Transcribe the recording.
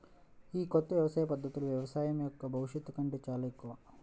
ఈ కొత్త వ్యవసాయ పద్ధతులు వ్యవసాయం యొక్క భవిష్యత్తు కంటే చాలా ఎక్కువ